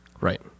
Right